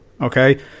Okay